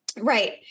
Right